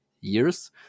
years